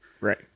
Right